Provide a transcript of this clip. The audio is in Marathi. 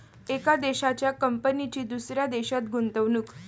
एका देशाच्या कंपनीची दुसऱ्या देशात गुंतवणूक